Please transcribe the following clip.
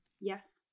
yes